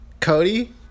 Cody